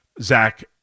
Zach